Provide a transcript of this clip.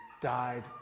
died